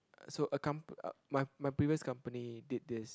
uh so a com~ my my previous company did this